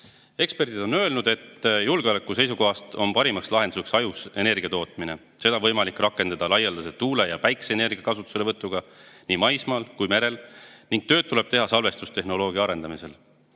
Eksperdid on öelnud, et julgeoleku seisukohast on parim lahendus hajus energiatootmine. Seda on võimalik rakendada laialdase tuule- ja päikeseenergia kasutuselevõtuga nii maismaal kui ka merel. Samuti tuleb tööd teha salvestustehnoloogia arendamisel.